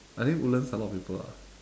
I think woodlands a lot of people ah